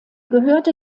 gehörte